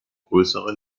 größere